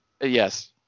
Yes